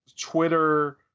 Twitter